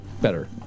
Better